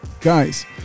Guys